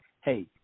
hey